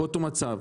באותו מצב.